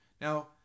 Now